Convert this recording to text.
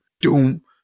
doom